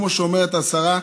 כמו שאומרת השרה,